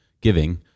giving